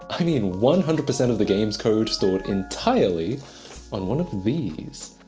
i mean one hundred percent of the game's code stored entirely on one of these.